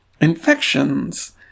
infections